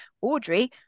Audrey